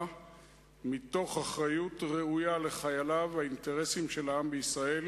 מתוך אחריות ראויה לחייליו והאינטרסים של העם בישראל,